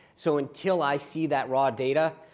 so until i see that raw data,